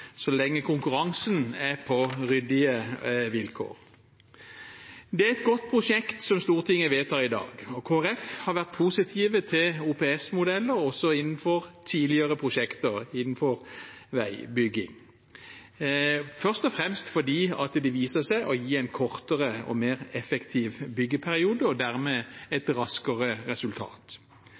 så lenge konkurransen er på ryddige vilkår. Det er et godt prosjekt som Stortinget vedtar i dag, og Kristelig Folkeparti har vært positive til OPS-modeller også innenfor tidligere prosjekter innenfor veibygging, først og fremst fordi det viser seg å gi en kortere og mer effektiv byggeperiode og dermed et raskere resultat.